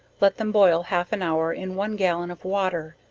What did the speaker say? let them boil half an hour in one gallon of water,